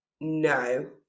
no